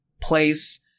place